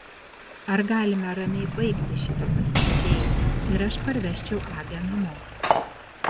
ar galime ramiai baigti šitą pasisėdėjimą ir aš parvežčiau agę namo